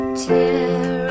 tear